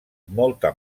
molta